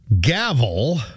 gavel